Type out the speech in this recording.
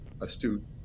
astute